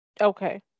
Okay